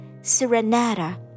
Serenata